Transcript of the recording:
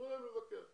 תנו להם לבקר.